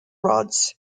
rods